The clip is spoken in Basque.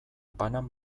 banan